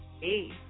Hey